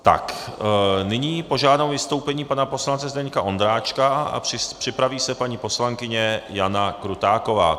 Tak nyní požádám o vystoupení pana poslance Zdeňka Ondráčka a připraví se paní poslankyně Jana Krutáková.